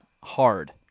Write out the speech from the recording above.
hard